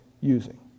using